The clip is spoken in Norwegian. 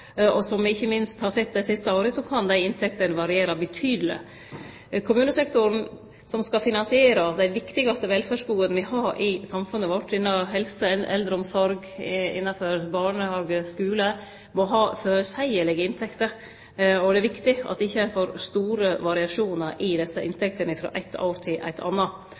me ikkje minst har sett det siste året, kan dei inntektene variere betydeleg. Kommunesektoren, som skal finansiere dei viktigaste velferdsgoda me har i samfunnet vårt innanfor helse, eldreomsorg, barnehage og skular, må ha føreseielege inntekter, og det er viktig at ein ikkje får store variasjonar i desse inntektene frå eit år til eit anna.